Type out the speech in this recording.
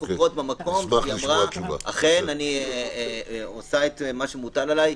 החברות אמרה אכן אני עושה את מה שמוטל עלי,